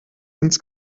ins